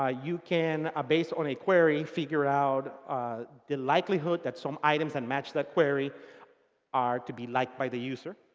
ah you can ah based on a query figure out the likelihood that some items that and match that query are to be liked by the user.